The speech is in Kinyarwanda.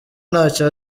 ntacyo